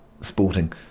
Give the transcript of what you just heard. sporting